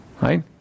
right